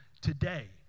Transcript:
today